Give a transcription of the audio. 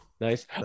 Nice